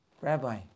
Rabbi